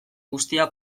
guztia